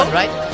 right